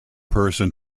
person